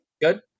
good